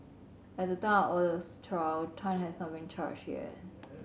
at the of Oh's trial Tan had not been charged yet